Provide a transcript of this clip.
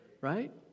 right